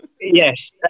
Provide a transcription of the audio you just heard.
Yes